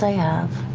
ah have.